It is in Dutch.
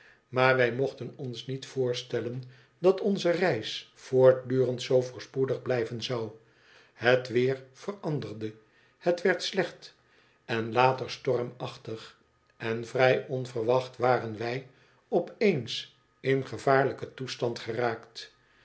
maar wij mochten ons niet voorstellen dat onze reis voortdurend zoo voorspoedig blijven zou het weer veranderde het werd slecht en later stormachtig en vrij onverwacht waren wij op eens in gevaar y ken toestand geraakt